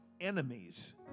enemies